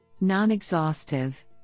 Non-Exhaustive